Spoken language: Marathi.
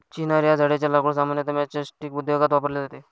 चिनार या झाडेच्या लाकूड सामान्यतः मैचस्टीक उद्योगात वापरले जाते